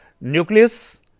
nucleus